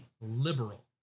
liberal